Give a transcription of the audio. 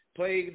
play